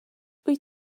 wyt